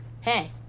Hey